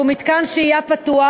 שהוא מתקן שהייה פתוח,